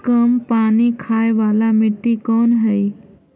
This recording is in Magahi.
कम पानी खाय वाला मिट्टी कौन हइ?